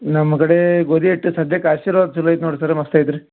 ನಮ್ಮ ಕಡೆ ಗೋಧಿಹಿಟ್ಟು ಸದ್ಯಕ್ಕೆ ಆಶೀರ್ವಾದ್ ಚಲೋ ಐತೆ ನೋಡಿ ಸರ ಮಸ್ತ್ ಐತ್ರಿ